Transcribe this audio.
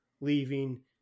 leaving